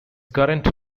current